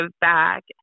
back